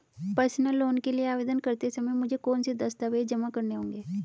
Personal loan के लिए आवेदन करते समय मुझे कौन से दस्तावेज़ जमा करने होंगे?